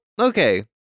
okay